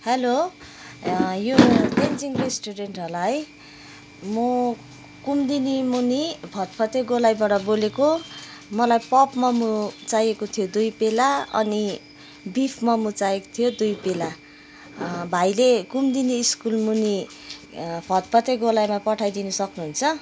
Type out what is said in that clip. hello यो Tenzing restaurant होला है म कुमदिनी मुनि फतफते गोलाइबाट बोलेको मलाई पर्क मोमो चाहिएको थियो दुई पेला अनि बिफ मोमो चाहिएको थियो दुई पेला भाइले कुमदिनी स्कुल मुनि फतफते गोलाईमा पठाइदिनु सक्नुहुन्छ